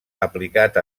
aplicat